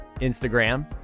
Instagram